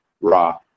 raw